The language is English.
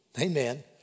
Amen